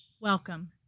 welcome